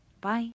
Bye